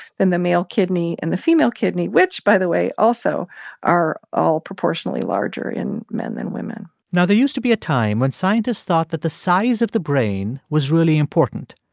than the male kidney and the female kidney which, by the way, also are all proportionally larger in men than women now, there used to be a time when scientists thought that the size of the brain was really important.